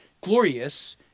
glorious